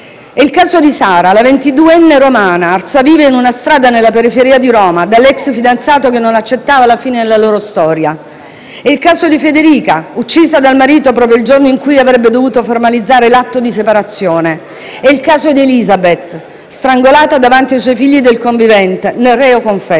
è il caso di Sara, la ventiduenne romana, arsa viva in una strada della periferia di Roma dall'ex fidanzato che non accettava la fine della loro storia; è il caso di Federica, uccisa dal marito proprio il giorno in cui avrebbe dovuto formalizzare l'atto di separazione; è il caso di Elisabeth, strangolata davanti ai suoi figli dal convivente, reo confesso;